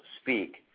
speak